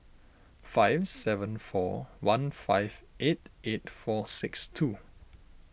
five seven four one five eight eight four six two